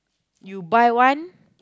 you buy one